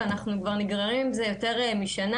ואנחנו כבר נגררים עם זה יותר משנה.